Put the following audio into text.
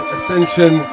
Ascension